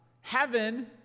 heaven